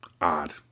odd